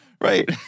Right